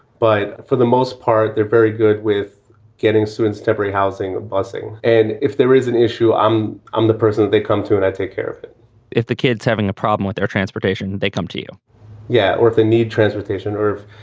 but for the most part, they're very good with getting students temporary housing, busing. and if there is an issue, i'm i'm the person they come to and i take care of it if the kids having a problem with their transportation, they come to you yeah. or if they need transportation or if,